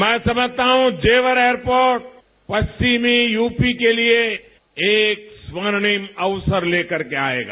मैं समझता हूं जेवर एयरपोर्ट पश्चिमी यूपी के लिए एक स्वर्णिम अवसर ले करके आएगा